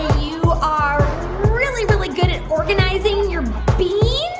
you are really, really good at organizing your beans